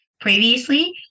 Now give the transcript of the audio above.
Previously